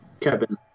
Kevin